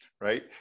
Right